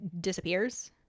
disappears